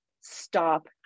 stop